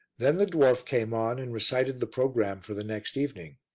then the dwarf came on and recited the programme for the next evening.